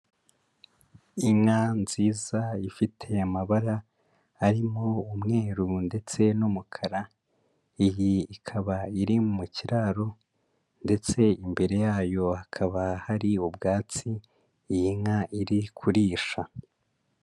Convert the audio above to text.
Inka nziza ifite amabara arimo umweru ndetse n'umukara, iyi ikaba iri mu kiraro ndetse imbere yayo hakaba hari ubwatsi, iyi nka iri kurisha.